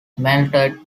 melted